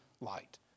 light